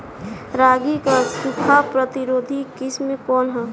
रागी क सूखा प्रतिरोधी किस्म कौन ह?